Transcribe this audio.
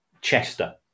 Chester